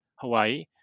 hawaii